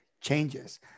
changes